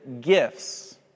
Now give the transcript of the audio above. gifts